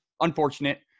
Unfortunate